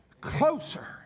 Closer